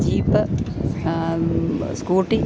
jeep scooty